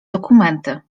dokumenty